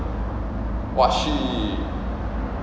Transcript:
!wah! shit